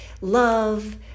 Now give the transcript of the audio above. love